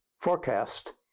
forecast